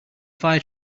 fire